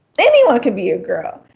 anyone can be a girl.